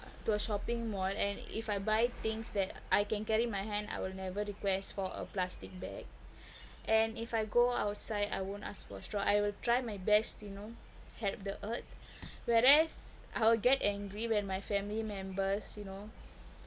to a shopping mall and if I buy things that I can carry my hand I will never request for a plastic bag and if I go outside I won't ask for straw I will try my best you know help the earth whereas I'll get angry when my family members you know